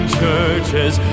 churches